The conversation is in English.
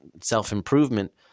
self-improvement